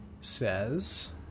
says